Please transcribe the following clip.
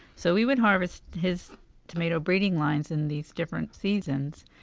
so we would harvest his tomato breeding lines in these different seasons,